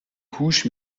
هوش